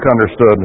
understood